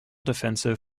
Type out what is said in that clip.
defensive